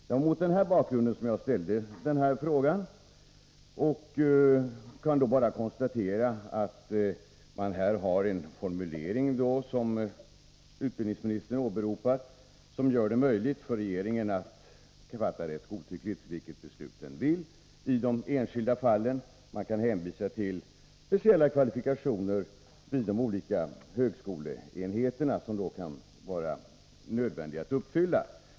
Det var mot den bakgrunden som jag ställde frågan, och jag kan då konstatera att utbildningsministern åberopar en formulering som gör det möjligt för regeringen att rätt godtyckligt fatta vilket beslut den vill i de enskilda fallen. Man kan hänvisa till speciella kvalifikationer vid de olika högskoleenheterna som kan vara nödvändiga att uppfylla.